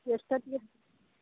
ಎಷ್ಟು ಹೊತ್ಗೆ ರಿ